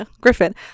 Griffin